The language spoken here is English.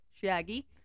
Shaggy